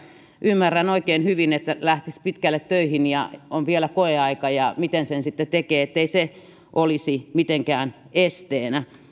ymmärrän oikein hyvin että lähtisi pitkälle töihin ja on vielä koeaika ja miten sen sitten tekee ettei se olisi mitenkään esteenä